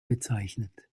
bezeichnet